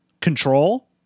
Control